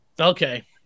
Okay